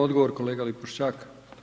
Odgovor kolega Lipovščak.